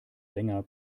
länger